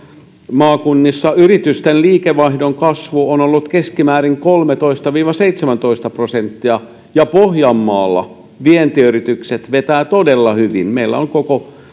maakunnissa yritysten liikevaihdon kasvu on ollut keskimäärin kolmetoista viiva seitsemäntoista prosenttia ja pohjanmaalla yritysten vienti vetää todella hyvin meillä on koko